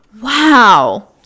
wow